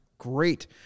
Great